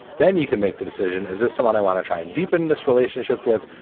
then you can make the decision. is this someone i want to try and deepen this relationship with,